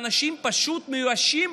האנשים פשוט מיואשים,